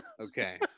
okay